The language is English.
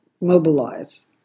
mobilize